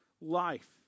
life